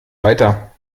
weiter